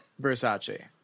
Versace